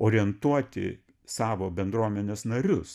orientuoti savo bendruomenės narius